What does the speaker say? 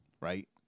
Right